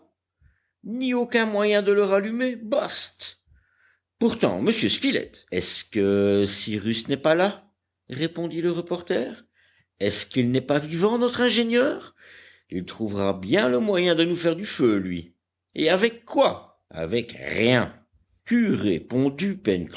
ni aucun moyen de le rallumer baste pourtant monsieur spilett est-ce que cyrus n'est pas là répondit le reporter est-ce qu'il n'est pas vivant notre ingénieur il trouvera bien le moyen de nous faire du feu lui et avec quoi avec rien qu'eût répondu